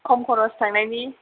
खम खरस थांनायनि